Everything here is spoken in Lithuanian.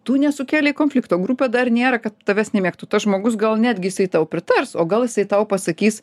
tu nesukėlei konflikto grupė dar nėra kad tavęs nemėgtų tas žmogus gal netgi jisai tau pritars o gal jisai tau pasakys